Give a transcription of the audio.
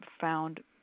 found